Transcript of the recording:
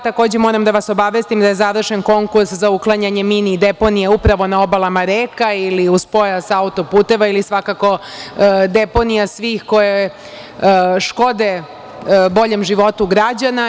Takođe, moram da vas obavestim da je završen konkurs za uklanjanje mini deponija upravo na obalama reka ili uz pojas autoputeva ili svakako deponija svih koje škode boljem životu građana.